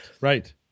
right